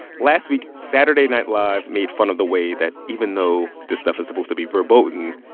last week, saturday night live made fun of the way that even though this stuff is supposed to be verboten,